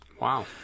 Wow